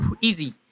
easy